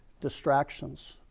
distractions